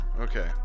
Okay